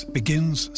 begins